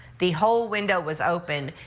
the whole window was open.